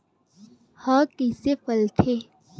ह कइसे फैलथे?